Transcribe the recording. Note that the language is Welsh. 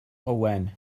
owen